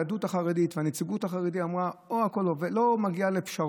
היהדות החרדית והנציגות החרדית לא מגיעות לפשרות.